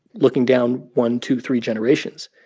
looking down one, two, three generations,